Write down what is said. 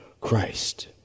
Christ